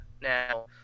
Now